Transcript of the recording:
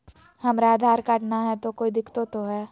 हमरा आधार कार्ड न हय, तो कोइ दिकतो हो तय?